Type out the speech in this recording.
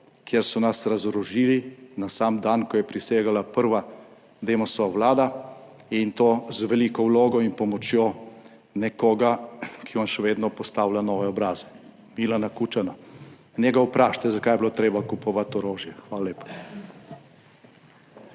ker so nas razorožili na sam dan, ko je prisegala prva Demosova vlada, in to z veliko vlogo in pomočjo nekoga, ki vam še vedno postavlja nove obraze: Milana Kučana. Njega vprašajte, zakaj je bilo treba kupovati orožje. Hvala lepa.